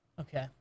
Okay